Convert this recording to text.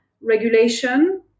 regulation